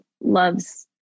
loves